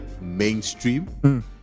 mainstream